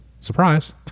Surprise